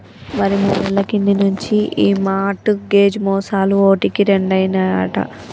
మరి మూడేళ్ల కింది నుంచి ఈ మార్ట్ గేజ్ మోసాలు ఓటికి రెండైనాయట